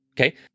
Okay